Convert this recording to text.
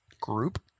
group